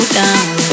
down